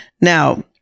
Now